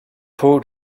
pour